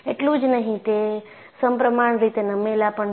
એટલું જ નહીં તે સમપ્રમાણ રીતે નમેલા પણ છે